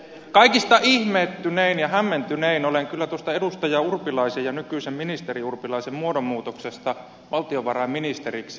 kaikista ihmettynein ja hämmentynein olen kyllä tuosta edustaja urpilaisen ja nykyisen ministeri urpilaisen muodonmuutoksesta valtiovarainministeriksi